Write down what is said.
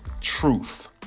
truth